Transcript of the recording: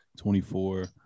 24